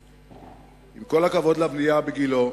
עם כל הכבוד לבנייה בגילה,